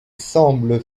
semblent